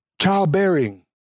Childbearing